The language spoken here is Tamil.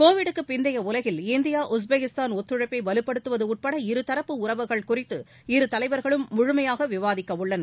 கோவிட் க்கு பிந்தைய உலகில் இந்தியா உஸ்பெக்கிஸ்தான் ஒத்துழைப்பை வலுப்படுத்துவது உட்பட இருதரப்பு உறவுகள் குறித்து இரு தலைவர்களும் முழுமையாக விவாதிக்க உள்ளனர்